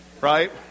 Right